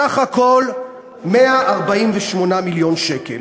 סך הכול, 148 מיליון שקל.